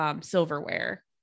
silverware